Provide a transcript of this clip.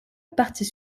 partie